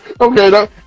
Okay